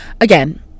again